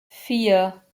vier